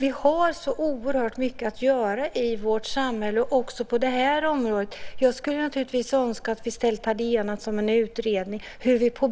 Vi har så oerhört mycket att göra i vårt samhälle också på det här området. Jag skulle naturligtvis ha önskat att vi hade enats om en utredning om hur vi ska